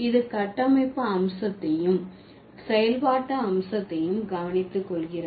இது கட்டமைப்பு அம்சத்தையும் செயல்பாட்டு அம்சத்தையும் கவனித்து கொள்கிறது